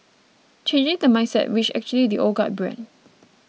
changing the mindset which actually the old guard bred